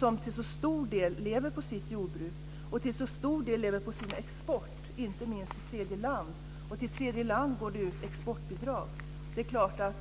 som lever på sitt jordbruk och sin export till så stor del. Det handlar inte minst om exporten till tredje land. För den exporten utgår exportbidrag.